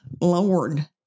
Lord